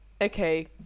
Okay